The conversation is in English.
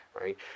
Right